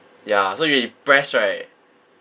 ya so when you press right